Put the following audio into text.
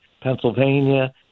Pennsylvania